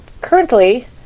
currently